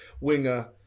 winger